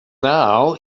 now